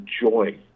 joy